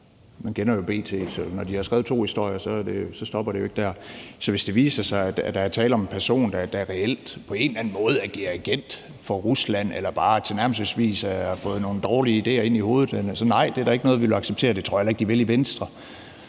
Man kender jo B.T. Når de har skrevet to historier, stopper det jo ikke der. Hvis det viser sig, at der er tale om en person, der reelt på en eller anden måde agerer agent for Rusland eller bare tilnærmelsesvis har fået nogle dårlige idéer ind i hovedet, så siger vi: Nej, det er da ikke noget, vi vil acceptere. Det tror jeg heller ikke de vil i Venstre.